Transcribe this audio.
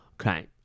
Okay